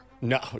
No